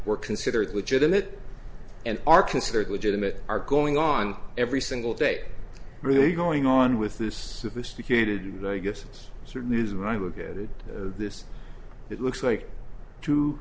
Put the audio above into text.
were considered legitimate and are considered legitimate are going on every single day really going on with this sophisticated i guess it's certainly news and i look at it this it looks like t